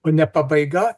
o ne pabaiga